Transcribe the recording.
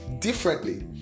differently